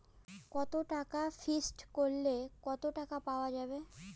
কত টাকা ফিক্সড করিলে কত টাকা পাওয়া যাবে?